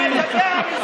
עם כל החברים,